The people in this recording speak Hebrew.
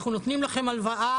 אנחנו נותנים לכם הלוואה,